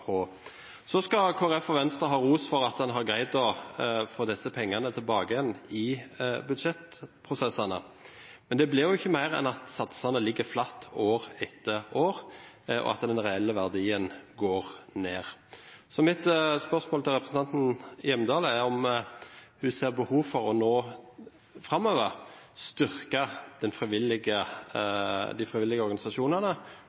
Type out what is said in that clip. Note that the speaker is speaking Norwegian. Så skal Kristelig Folkeparti og Venstre ha ros for at en har greid å få disse pengene tilbake igjen i budsjettprosessene, men det blir jo ikke mer enn at satsene ligger flatt år etter år, og at den reelle verdien går ned. Så mitt spørsmål til representanten Hjemdal er om hun ser behov for nå framover å styrke de frivillige organisasjonene